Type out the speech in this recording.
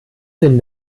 sinn